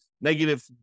negative